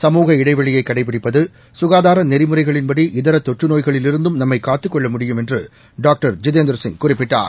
சமுக இடைவெளியை கடைபிடிப்பது க்காதார நெறிமுறைகளின்படி இதர தொற்று நோய்களிலிருந்தும் நம்மை காத்துக் கொள்ள முடியும் என்று டாக்டர் ஜிதேந்திரசிங் குறிப்பிட்டார்